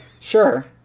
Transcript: sure